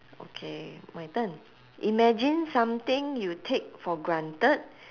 okay my turn imagine something you take for granted